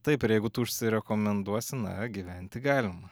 taip ir jeigu tu užsirekomenduosi na gyventi galima